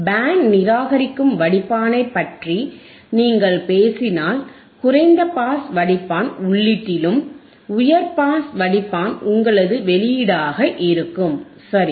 pant நிராகரிக்கும் வடிப்பானைப் பற்றி நீங்கள் பேசினால் குறைந்த பாஸ் வடிப்பான் உள்ளீட்டிலும் உயர் பாஸ் வடிப்பான் உங்களது வெளியீடாக இருக்கும் சரி